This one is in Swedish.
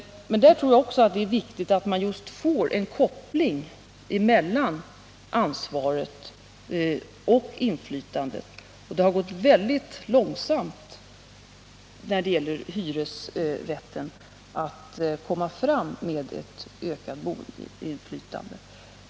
Där tror jag det är viktigt att få en koppling mellan ansvaret och inflytandet. När det gäller hyresrätten har det gått mycket långsamt att nå fram till ett ökat boendeinflytande.